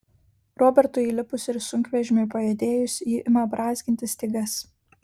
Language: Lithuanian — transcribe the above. robertui įlipus ir sunkvežimiui pajudėjus ji ima brązginti stygas